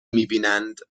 میبینند